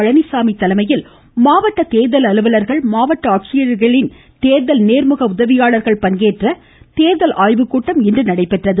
பழனிசாமி தலைமையில் மாவட்ட கேர்கல் அலுவலர்கள் மாவட்ட ஆட்சியர்களின் தேர்தல் நேர்முக உதவியாளர்கள் பங்கேற்ற கேர்கல் ஆய்வு கூட்டம் இன்று நடைபெற்றது